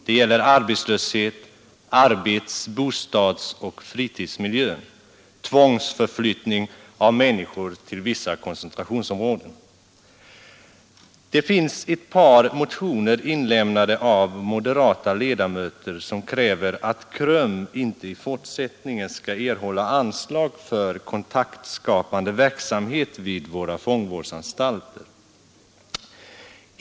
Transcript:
Det gäller arbetslöshet, arbets-, bostadsoch fritidsmiljö, tvångsförflyttning av människor till vissa koncentrationsområden. Det finns ett par motioner av moderata ledamöter som kräver att KRUM i fortsättningen inte skall erhålla anslag för kontaktskapande verksamhet vid våra fångvårdsanstalter.